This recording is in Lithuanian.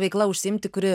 veikla užsiimti kuri